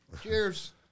Cheers